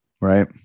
Right